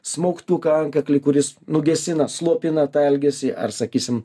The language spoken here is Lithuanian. smaugtuką antkaklį kuris nugesina slopina tą elgesį ar sakysim